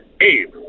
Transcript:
Abe